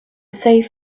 save